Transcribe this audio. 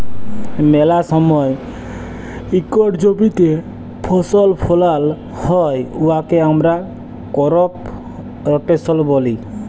ম্যালা সময় ইকট জমিতে ফসল ফলাল হ্যয় উয়াকে আমরা করপ রটেশল ব্যলি